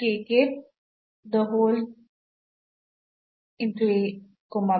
ನ ವ್ಯತ್ಯಾಸ